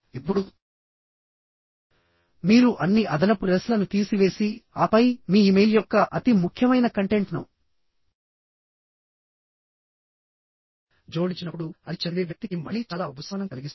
ఇప్పుడు మీరు అన్ని అదనపు రెస్లను తీసివేసి ఆపై మీ ఇమెయిల్ యొక్క అతి ముఖ్యమైన కంటెంట్ను జోడించినప్పుడుఅది చదివే వ్యక్తికి మళ్లీ చాలా ఉపశమనం కలిగిస్తుంది